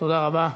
תודה רבה.